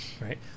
Right